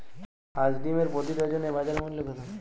হাঁস ডিমের প্রতি ডজনে বাজার মূল্য কত?